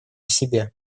себе